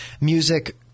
Music